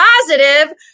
positive